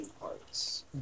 parts